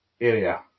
area